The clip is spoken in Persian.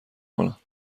کنم